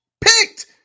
Picked